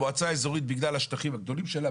המועצה האזורית בגלל השטחים הגדולים שלה,